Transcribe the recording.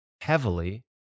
heavily